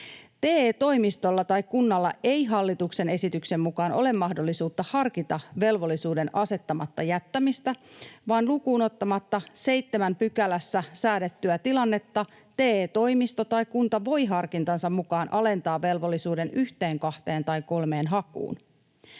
TE-toimistolla tai kunnalla ei hallituksen esityksen mukaan ole mahdollisuutta harkita velvollisuuden asettamatta jättämistä, vaan lukuun ottamatta 7 §:ssä säädettyä tilannetta TE-toimisto tai kunta voi harkintansa mukaan alentaa velvollisuuden yhteen, kahteen tai kolmeen hakuun.